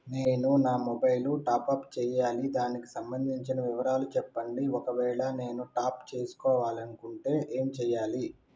నేను నా mobile top up చేయాలి దానికి సంబంధించిన వివరాలు చెప్పండి ఒకవేళ నేను టాప్ చేసుకోవాలనుకుంటే ఏం చేయాలి?